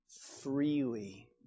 freely